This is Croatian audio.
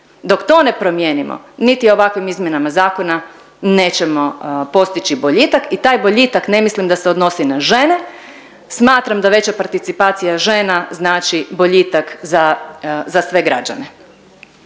Dok to ne promijenimo niti ovakvim izmjenama zakona nećemo postići boljitak i taj boljitak ne mislim da se odnosi na žene. Smatram da veća participacija žena znači boljitak za, za sve građane.